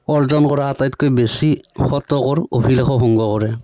অৰ্জন কৰা আটাইতকৈ বেছি শতকৰ অভিলেখো ভংগ কৰে